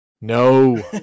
No